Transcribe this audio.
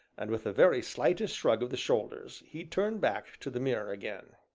and, with the very slightest shrug of the shoulders, he turned back to the mirror again.